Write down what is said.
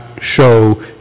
show